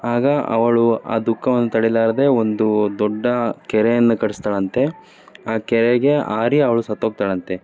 ಆಗ ಅವಳು ಆ ದುಃಖವನ್ನ ತಡಿಲಾರದೆ ಒಂದು ದೊಡ್ಡ ಕೆರೆಯನ್ನು ಕಟ್ಟಿಸ್ತಾಳಂತೆ ಆ ಕೆರೆಗೆ ಹಾರಿ ಅವ್ಳು ಸತ್ತೋಗ್ತಾಳಂತೆ